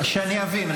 שאני אבין,